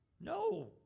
No